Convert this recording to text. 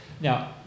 Now